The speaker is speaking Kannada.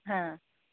ಹಾಂ